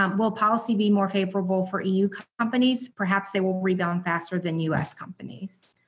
um will policy be more favorable for eu companies, perhaps they will rebound faster than us companies.